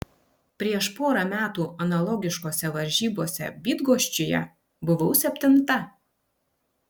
prieš porą metų analogiškose varžybose bydgoščiuje buvau septinta